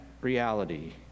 reality